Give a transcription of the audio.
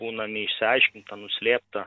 būna neišsiaiškinta nuslėpta